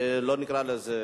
התייחסות.